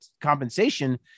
compensation